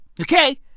Okay